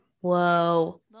Whoa